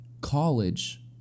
college